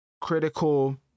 critical